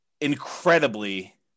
incredibly